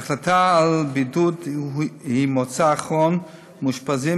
ההחלטה על בידוד היא מוצא אחרון למאושפזים